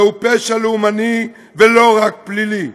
זהו פשע לאומני, ולא רק פלילי.